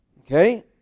Okay